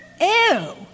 Ew